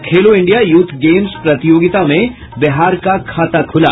और Khelo India youth games प्रतियोगिता में बिहार का खाता खूला